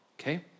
Okay